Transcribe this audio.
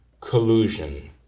collusion